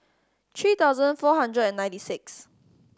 three thousand four hundred and ninety sixth